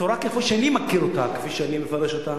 התורה, כפי שאני מכיר אותה, כפי שאני מפרש אותה,